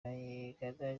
bayingana